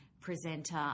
presenter